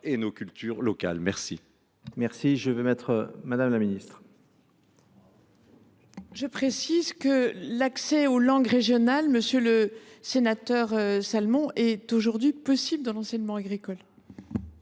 et nos cultures locales. La